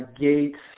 Gates